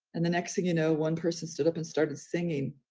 and the next thing you know, one person stood up and started singing.